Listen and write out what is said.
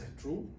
true